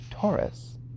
taurus